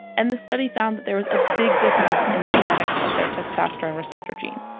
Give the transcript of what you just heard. and the study found that there was a big difference in the genetics of their testosterone receptor gene.